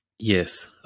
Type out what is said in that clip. yes